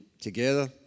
together